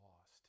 lost